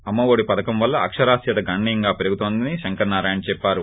అమ్మ ఒడి పథకం వల్ల అక్షరాస్యత గణనీయంగా పెరుగుతోందని శంకర్ నారాయణ చెప్పారు